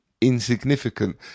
insignificant